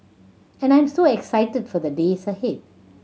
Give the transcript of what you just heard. and I'm so excited for the days ahead